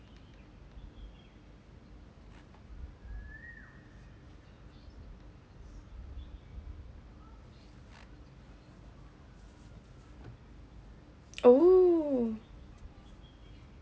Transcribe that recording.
oh